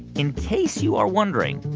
in case you are wondering,